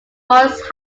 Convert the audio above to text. forest